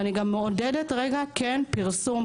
ואני גם מעודדת פרסום,